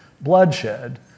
bloodshed